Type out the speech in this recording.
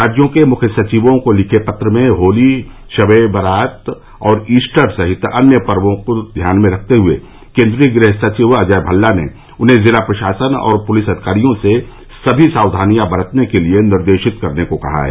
राज्यों के मुख्य सचिवों को लिखे पत्र में होली शब ए बरात और ईस्टर सहित अन्य पर्वो को ध्यान में रखते हुए केन्द्रीय गृह सचिव अजय भल्ला ने उन्हें जिला प्रशासन और पुलिस अधिकारियों से सभी साक्यानियां बरतने के लिए निर्देशित करने को कहा है